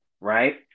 Right